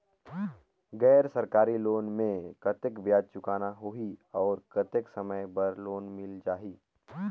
गैर सरकारी लोन मे कतेक ब्याज चुकाना होही और कतेक समय बर लोन मिल जाहि?